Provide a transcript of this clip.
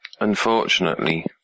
unfortunately